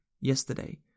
yesterday